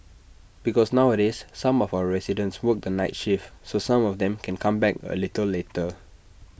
because nowadays some of our residents work the night shift so some of them can come back A little later